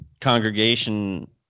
congregation